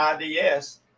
IDS